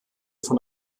von